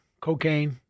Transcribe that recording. cocaine